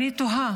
אני תוהה